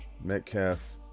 Metcalf